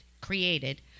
created